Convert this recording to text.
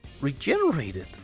regenerated